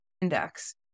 index